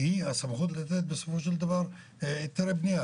כי היא הסמכות לתת בסופו של דבר היתרי בנייה.